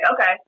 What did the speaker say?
okay